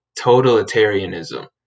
totalitarianism